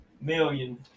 million